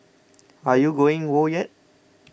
are you going whoa yet